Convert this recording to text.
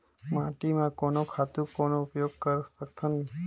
माटी म कोन खातु कौन उपयोग कर सकथन?